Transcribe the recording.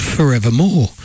Forevermore